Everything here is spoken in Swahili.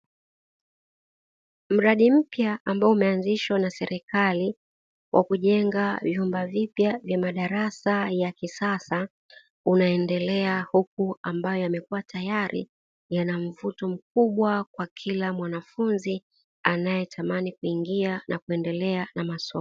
Mradi mpya ambao umeanzishwa na serikali wa kujenga vyumba vipya vya madarasa ya kisasa unaendelea, huku ambayo yamekuwa tayari yana mvuto mkubwa kwa kila mwanafunzi anayetamani kuingia na kuendelea na masomo.